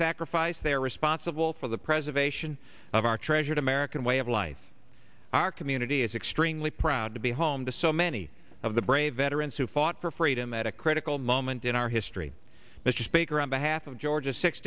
sacrifice they are responsible for the preservation of our treasured american way of life our community is extremely proud to be home to so many of the brave veterans who fought for freedom at a critical moment in our history mr speaker on behalf of georgia six